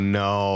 no